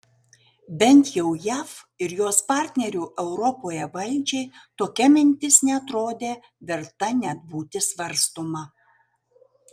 bent jau jav ir jos partnerių europoje valdžiai tokia mintis neatrodė verta net būti svarstoma